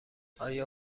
آیا